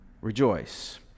rejoice